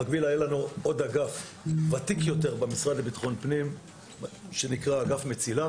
במקביל היה לנו עוד אגף ותיק יותר במשרד לביטחון הפנים שנקרא אגף מציל"ה